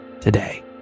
today